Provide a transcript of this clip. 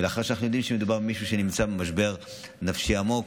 ולאחר שאנחנו יודעים שמדובר במישהו שנמצא במשבר נפשי עמוק,